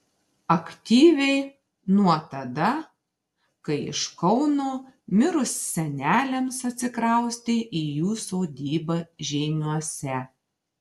aktyviai nuo tada kai iš kauno mirus seneliams atsikraustė į jų sodybą žeimiuose